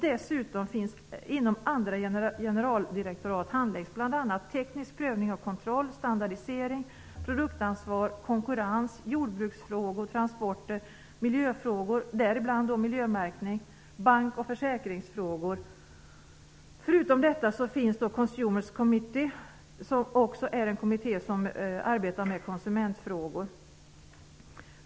Inom andra generaldirektorat handläggs bl.a. teknisk prövning av kontroll, standardisering, produktansvar, konkurrens, jordbruksfrågor, transporter, miljöfrågor - däribland frågan om miljömärkning - och bank och försäkringsfrågor. Förutom detta finns Consumers Committe, som också är en kommitté som arbetar med konsumentfrågor.